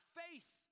face